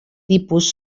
tipus